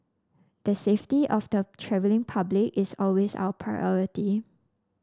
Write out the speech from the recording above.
the safety of the travelling public is always our priority